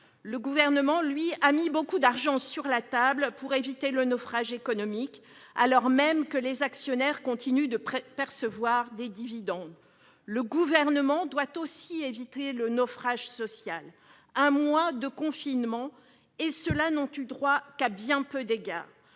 Le Gouvernement a mis beaucoup d'argent sur la table pour éviter le naufrage économique, alors même que les actionnaires continuent de percevoir des dividendes. Mais il doit aussi éviter le naufrage social. Déjà un mois de confinement, et les invisibles que j'ai évoqués n'ont eu droit qu'à bien peu d'égards.